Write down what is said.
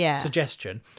suggestion